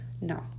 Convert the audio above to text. No